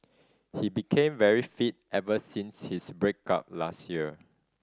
he became very fit ever since his break up last year